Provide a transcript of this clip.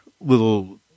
little